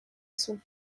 sont